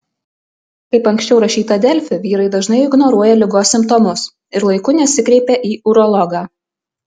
kaip anksčiau rašyta delfi vyrai dažnai ignoruoja ligos simptomus ir laiku nesikreipia į urologą